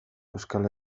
euskal